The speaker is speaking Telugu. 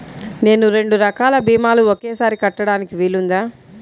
నేను రెండు రకాల భీమాలు ఒకేసారి కట్టడానికి వీలుందా?